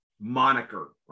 moniker